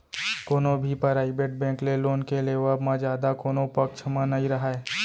कोनो भी private bank ले लोन के लेवब म जादा कोनो पक्छ म नइ राहय